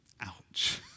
Ouch